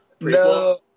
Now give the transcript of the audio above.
No